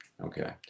Okay